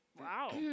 Wow